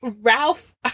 Ralph